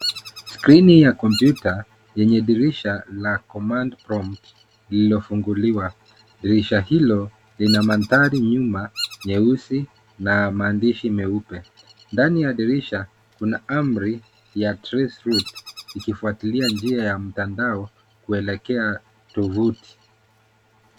Skrini ya komputa yenye dirisha la command prompt lililofunguliwa. Dirisha hilo lina mandhari nyuma nyeusi na maandishi meupe. Ndani ya dirisha kuna amri ya trace route ikifuatilia njia ya mtandao kuelekea tovuti.